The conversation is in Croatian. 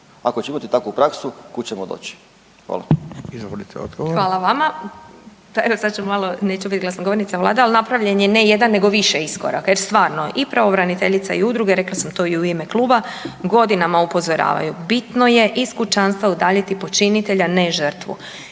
**Glasovac, Sabina (SDP)** Hvala vama. Pa evo sad ću malo, neću bit glasnogovornica vlade, al napravljen je ne jedan nego više iskoraka jer stvarno i pravobraniteljica i udruge, rekla sam to i u ime kluba, godinama upozoravaju bitno je iz kućanstva udaljiti počinitelja ne žrtvu,